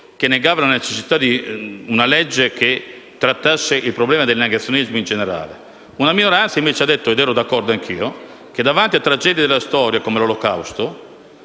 ha negato la necessità di una legge che trattasse il problema del negazionismo in generale; una minoranza invece ha detto ‑ ed ero d'accordo anch'io ‑ che, davanti a tragedie della storia come l'Olocausto